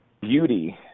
beauty